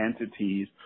entities